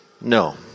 No